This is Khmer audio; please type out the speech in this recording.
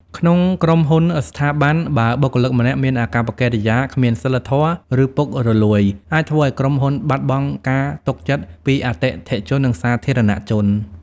ក្នុងក្រុមហ៊ុន ស្ថាប័ន បើបុគ្គលិកម្នាក់មានអាកប្បកិរិយាគ្មានសីលធម៌ ឬពុករលួយ អាចធ្វើឲ្យក្រុមហ៊ុនបាត់បង់ការទុកចិត្តពីអតិថិជន និងសាធារណជន។